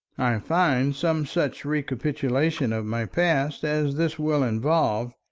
i find some such recapitulation of my past as this will involve,